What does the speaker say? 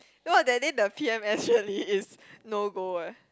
no that day the P_M_S surely is no go leh